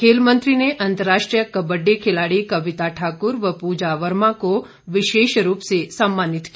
खेलमंत्री ने अंतरराष्ट्रीय कब्बडी खिलाड़ी कविता ठाकुर व पूजा वर्मा को विशेष रूप से सम्मानित किया